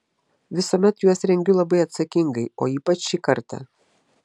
visuomet juos rengiu labai atsakingai o ypač šį kartą